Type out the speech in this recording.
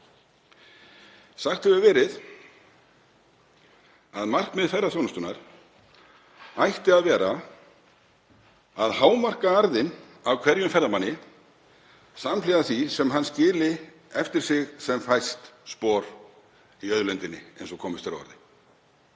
Sagt hefur verið að markmið ferðaþjónustunnar ætti að vera að hámarka arðinn af hverjum ferðamanni samhliða því sem hann skilji eftir sig sem fæst spor í auðlindinni, eins og komist er að orði.